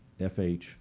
FH